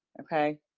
Okay